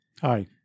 Hi